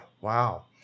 Wow